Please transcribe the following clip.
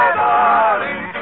darling